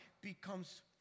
becomes